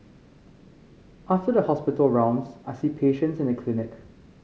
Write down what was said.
after the hospital rounds I see patients in the clinic